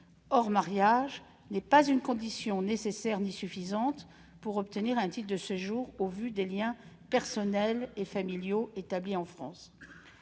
hors mariage n'est pas une condition nécessaire ni suffisante pour obtenir un titre de séjour au vu des liens personnels et familiaux établis en France.